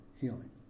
healing